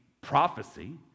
prophecy